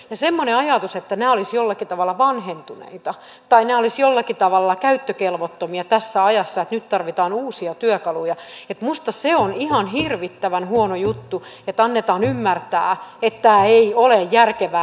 semmoinen ajatus että nämä keinot olisivat jollakin tavalla vanhentuneita tai nämä olisivat jollakin tavalla käyttökelvottomia tässä ajassa että nyt tarvitaan uusia työkaluja minusta se on ihan hirvittävän huono juttu että annetaan ymmärtää että ei ole järkevää osaamiseen satsata